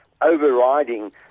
overriding